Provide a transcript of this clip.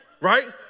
right